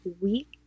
week